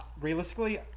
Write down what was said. realistically